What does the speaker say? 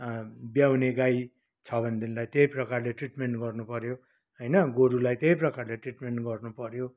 ब्याउने गाई छ भनेदेखिलाई त्यही प्रकारले ट्रिटमेन गर्नुपऱ्यो होइन गोरुलाई त्यही प्रकारले ट्रिटमेन गर्नुपऱ्यो